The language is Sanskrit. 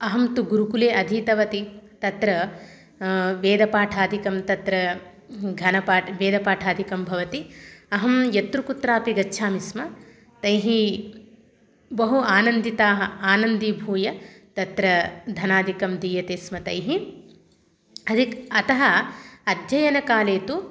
अहं तु गुरुकुले अधीतवती तत्र वेदपाठादिकं तत्र घनपाठं वेदपाठादिकं भवति अहं यत्र कुत्रापि गच्छामि स्म तैः बहु आनन्दिताः आनन्दीभूय तत्र धनादिकं दीयते स्म तैः अधिकः अतः अध्ययनकाले तु